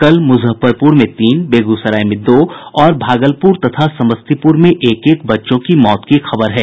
कल मुजफ्फरपुर में तीन बेगूसराय में दो और भागलपुर तथा समस्तीपुर में एक एक बच्चों की मौत की खबर है